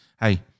hey